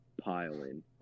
Piling